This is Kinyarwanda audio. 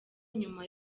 nyuma